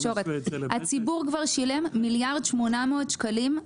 הציבור כבר שילם מיליארד ו-800 מיליון שקלים.